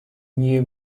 new